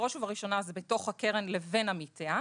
בראש ובראשונה זה בתוך הקרן לבין עמיתיה,